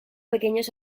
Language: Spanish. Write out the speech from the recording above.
pequeños